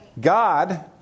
God